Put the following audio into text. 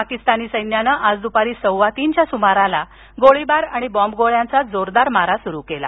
पाकिस्तानी सैन्यानं आज दुपारी सव्वातीनच्या सुमारास गोळीबार आणि बॉंबगोळ्यांचा जोरदार मारा सुरु केला